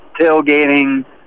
tailgating